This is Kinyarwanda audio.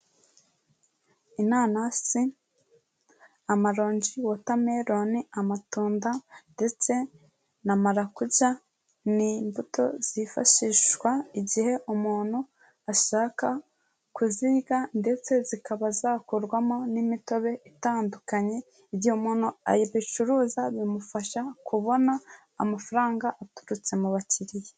Inanasi, amarongi, watermelon, amatunda ndetse na marakuja, ni imbuto zifashishwa igihe umuntu ashaka kuzirya ndetse zikaba zakorwamo n'imitobe itandukanye, igihe umuntu abicuruza bimufasha kubona amafaranga aturutse mu bakiriya.